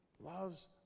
loves